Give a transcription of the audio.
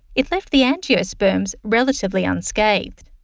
it left the angiosperms relatively unscathed.